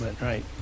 Right